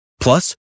Plus